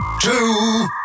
two